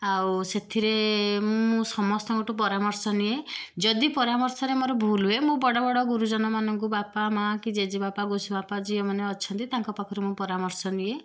ଆଉ ସେଥିରେ ମୁଁ ସମସ୍ତଙ୍କଠୁ ପରାମର୍ଶ ନିଏ ଯଦି ପରାମର୍ଶରେ ମୋର ଭୁଲ୍ ହୁଏ ମୁଁ ବଡ଼ ବଡ଼ ଗୁରୁଜନମାନଙ୍କୁ ବାପା ମାଆ କି ଜେଜେବାପା ଗୋସବାପା ଯିଏ ମାନେ ଅଛନ୍ତି ତାଙ୍କ ପାଖରୁ ମୁଁ ପରାମର୍ଶ ନିଏ